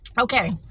okay